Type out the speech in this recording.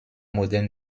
moderne